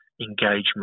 engagement